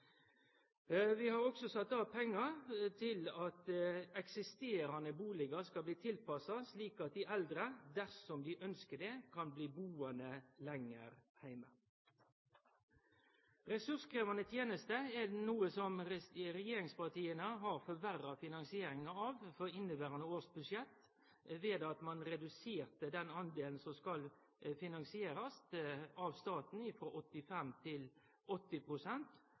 Vi har også sett av pengar til at eksisterande bustader skal bli tilpassa, slik at dei eldre, dersom dei ønskjer det, kan bli buande heime lenger. Ressurskrevjande tenester er noko som regjeringspartia har forverra finansieringa av for inneverande års budsjett ved at dei reduserte den delen som skal finansierast av staten, frå 85 pst. til